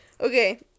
okay